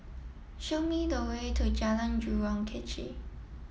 show me the way to Jalan Jurong Kechil